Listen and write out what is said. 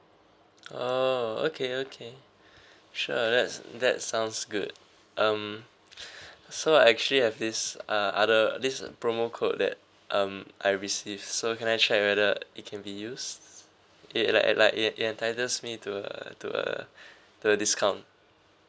oh okay okay sure that's that sounds good um so I actually have this uh other uh this promo code that um I receive so can I check whether it can be used it like it like it like entitles me to uh to uh the discount